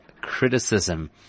criticism